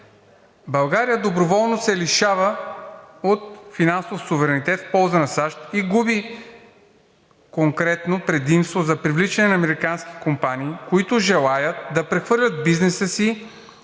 България доброволно се лишава от финансов суверенитет в полза на САЩ и губи конкретно предимство за привличане на американски компании, които желаят да прехвърлят бизнеса си